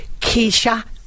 Keisha